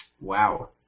Wow